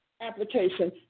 application